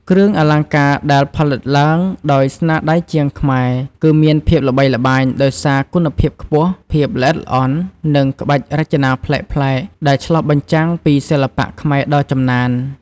គ្រឿងអលង្ការដែលផលិតឡើងដោយស្នាដៃជាងខ្មែរ គឺមានភាពល្បីល្បាញដោយសារ គុណភាពខ្ពស់ ភាពល្អិតល្អន់ និងក្បាច់រចនាប្លែកៗ ដែលឆ្លុះបញ្ចាំងពីសិល្បៈខ្មែរដ៏ចំណាន។